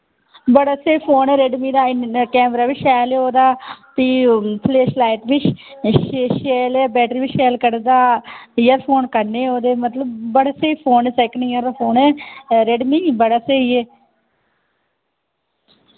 बड़ा स्हेई फोन ऐ रेडमी दा इन्ना कैमरा बी शैल ऐ ओह्दा फ्ही फ्लैशलाइट वि श शैल ऐ बैटरी बी शैल कड्ढदा एअरफोन कन्नै ओह्दे मतलब बड़ा स्हेई फोन ऐ सैकन ईयर फोन ऐ रेडमी बड़ा स्हेई ऐ